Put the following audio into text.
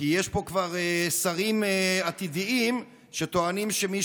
כי יש פה כבר שרים עתידיים שטוענים שמי